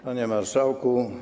Panie Marszałku!